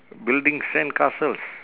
building sandcastles